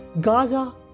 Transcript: Gaza